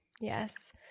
Yes